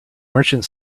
merchant